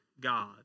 God